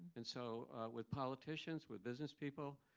and so with politicians, with business people,